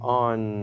on